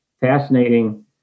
Fascinating